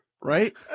right